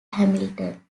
hamilton